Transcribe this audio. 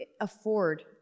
afford